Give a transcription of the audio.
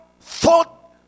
thought